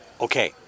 Okay